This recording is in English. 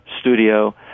studio